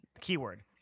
keyword